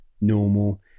normal